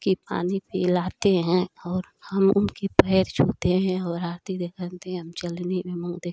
की पानी पिलाते हैं और हम उनके पैर छूते हैं और आरती दिखाते हैं हम चलनी में मुँह देख